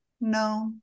no